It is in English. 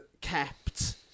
kept